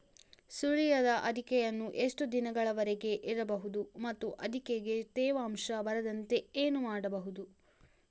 ಸುಲಿಯದ ಅಡಿಕೆಯನ್ನು ಎಷ್ಟು ದಿನಗಳವರೆಗೆ ಇಡಬಹುದು ಮತ್ತು ಅಡಿಕೆಗೆ ತೇವಾಂಶ ಬರದಂತೆ ಏನು ಮಾಡಬಹುದು?